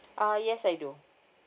uh yes I do